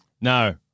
No